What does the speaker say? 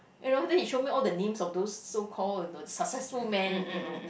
you know then he show me all the names of those so called successful man you know